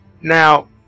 Now